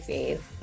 Faith